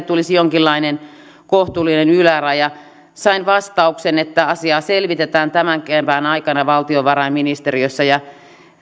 tulisi jonkinlainen kohtuullinen yläraja sain vastauksen että asiaa selvitetään tämän kevään aikana valtiovarainministeriössä ja